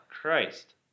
Christ